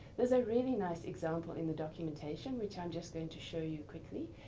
there's a really nice example in the documentation, which i'm just going to show you quickly.